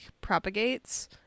propagates